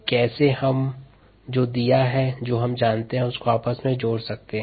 कैसे हम जो दिया है और जो हम जानते उसे आपस में जोड़ सकते है